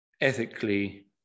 ethically